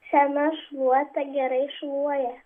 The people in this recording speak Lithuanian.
sena šluota gerai šluoja